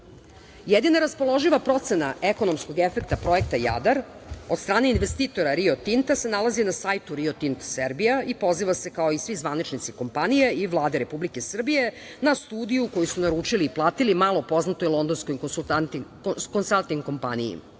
Jedina raspoloživa procena ekonomskog efekta Projekta "Jadar" od strane investitora "Rio Tinto" se nalazi na sajtu "Rio Tinto Srbija" i poziva se kao i svi zvaničnici kompanije i Vlade Republike Srbije na studiju koju su naručili i platili malo poznatoj konsalting kompaniji.